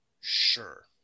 Sure